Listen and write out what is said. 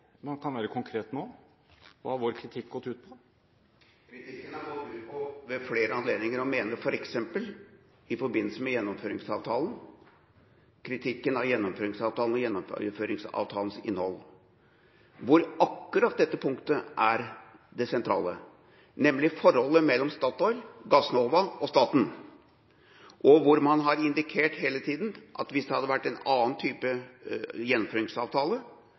man f.eks. ved flere anledninger har kritisert Gjennomføringsavtalen og Gjennomføringsavtalens innhold, hvor akkurat dette punktet er det sentrale, nemlig forholdet mellom Statoil, Gassnova og staten. Man har hele tida indikert at hvis det hadde vært en annen slags gjennomføringsavtale,